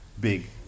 big